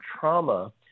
trauma